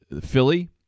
Philly